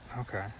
Okay